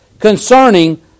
concerning